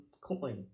coin